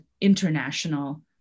international